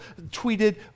tweeted